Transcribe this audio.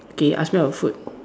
okay ask me about food